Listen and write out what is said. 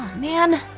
man